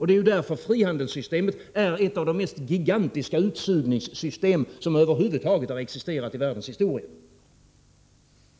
Det är därför som frihandelssystemet är ett av de mest gigantiska utsugningssystem som över huvud taget existerat i världens historia.